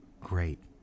great